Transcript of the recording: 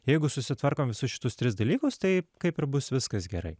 jeigu susitvarkom visus šituos tris dalykus tai kaip ir bus viskas gerai